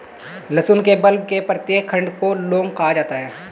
लहसुन के बल्ब के प्रत्येक खंड को लौंग कहा जाता है